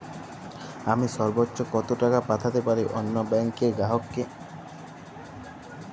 আমি সর্বোচ্চ কতো টাকা পাঠাতে পারি অন্য ব্যাংক র গ্রাহক কে?